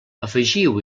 afegiu